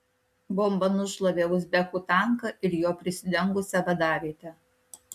bomba nušlavė uzbekų tanką ir juo prisidengusią vadavietę